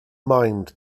mind